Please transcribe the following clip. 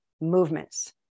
movements